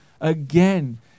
again